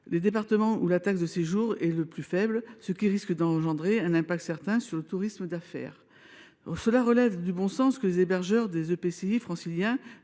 les départements où la taxe de séjour est la plus faible, ce qui risque d’avoir un impact sur le tourisme d’affaires. Cela relève du bon sens que les hébergeurs des établissements